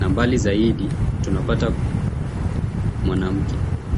na mbali zaidi tunapata mwanamke.